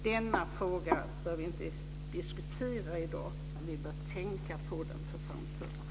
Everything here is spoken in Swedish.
Denna fråga bör vi inte diskutera i dag, men vi bör tänka på den för framtiden.